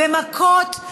במכות,